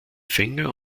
finger